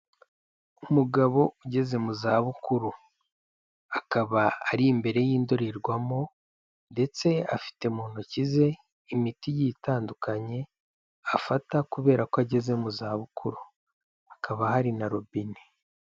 Umugabo ugeze mu zabukuru, akaba ari imbere y'indorerwamo, ndetse afite mu ntoki ze imiti igiye itandukanye afata, kubera ko ageze mu zabukuru, hakaba hari na robine.